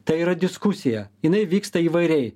tai yra diskusija jinai vyksta įvairiai